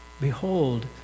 behold